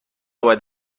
باید